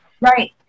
Right